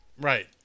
Right